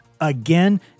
again